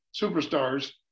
superstars